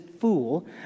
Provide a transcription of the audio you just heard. fool